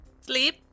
Sleep